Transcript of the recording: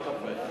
לא קפה.